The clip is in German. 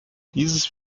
dieses